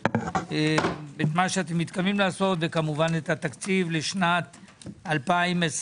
מה אתם מתכוונים לעשות וכמובן את התקציב לשנת 2023,